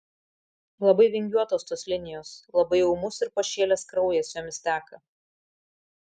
labai vingiuotos tos linijos labai jau ūmus ir pašėlęs kraujas jomis teka